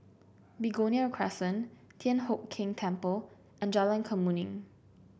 Begonia Crescent Thian Hock Keng Temple and Jalan Kemuning